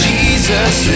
Jesus